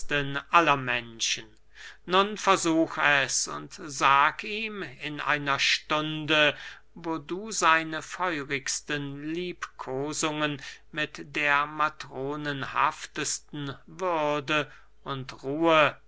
aller menschen nun versuch es und sag ihm in einer stunde wo du seine feurigsten liebkosungen mit der matronenhaftesten würde und ruhe